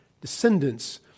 descendants